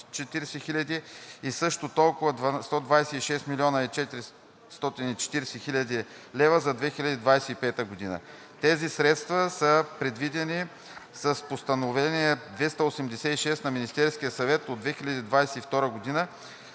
и също толкова – 126 млн. 440 хил. лв., за 2025 г. Тези средства са предвидени с Постановление № 286 на Министерския съвет от 2022 г. за